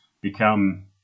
become